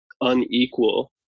unequal